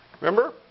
Remember